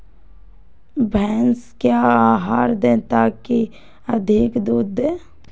भैंस क्या आहार दे ताकि अधिक मात्रा दूध दे?